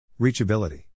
Reachability